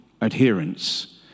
adherence